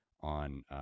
on